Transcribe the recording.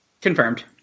Confirmed